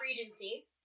Regency